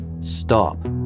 Stop